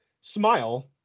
Smile